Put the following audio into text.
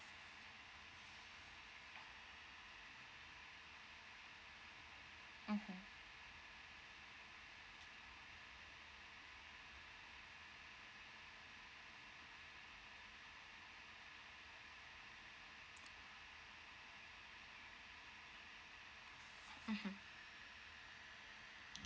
mmhmm mmhmm